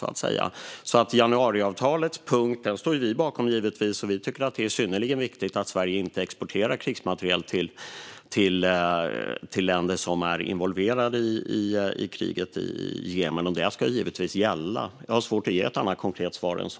Vi står givetvis bakom januariavtalets punkt. Vi tycker att det är synnerligen viktigt att Sverige inte exporterar krigsmateriel till länder som är involverade i kriget i Jemen. Det ska givetvis gälla. Jag har svårt att ge ett mer konkret svar än så.